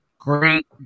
Great